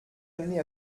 amené